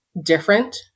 different